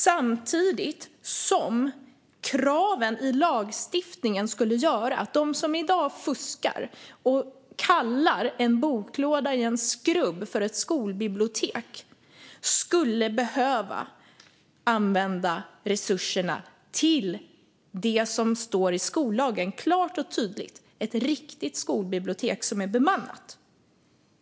Samtidigt skulle kraven i lagstiftningen göra att de som i dag fuskar och kallar en boklåda i en skrubb för ett skolbibliotek skulle behöva använda resurserna till det som klart och tydligt står i skollagen: ett riktigt skolbibliotek som är bemannat.